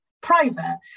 private